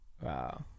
Wow